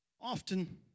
Often